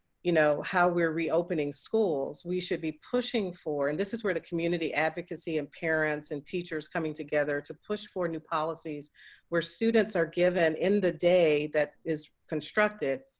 you know, how we're reopening schools, we should be pushing for and this is where the community advocacy and parents and teachers coming together to push for new policies where students are given in the day that is constructed,